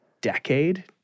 decade